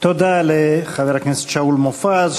תודה לחבר הכנסת שאול מופז,